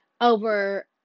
over